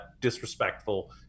disrespectful